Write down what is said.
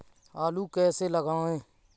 आलू कैसे लगाएँ?